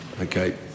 Okay